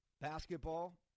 basketball